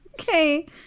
Okay